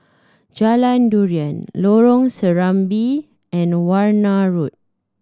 Jalan Durian Lorong Serambi and the Warna Road